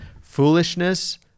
foolishness